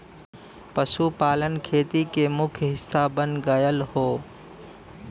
पशुपालन खेती के मुख्य हिस्सा बन गयल हौ